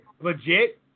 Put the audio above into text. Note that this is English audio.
legit